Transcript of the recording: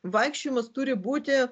vaikščiojimas turi būti